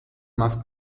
más